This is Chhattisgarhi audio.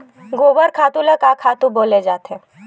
गोबर खातु ल का खातु बोले जाथे?